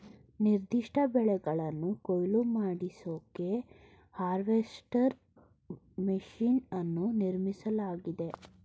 ನಿರ್ದಿಷ್ಟ ಬೆಳೆಗಳನ್ನು ಕೊಯ್ಲು ಮಾಡಿಸೋಕೆ ಹಾರ್ವೆಸ್ಟರ್ ಮೆಷಿನ್ ಅನ್ನು ನಿರ್ಮಿಸಲಾಗಿದೆ